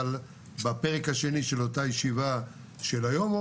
אבל בפרק השני של אותה ישיבה של היום,